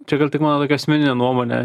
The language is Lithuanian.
čia gal tik mano tokia asmeninė nuomonė